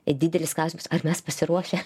didelis klausimas ar mes pasiruošę